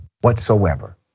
whatsoever